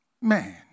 Man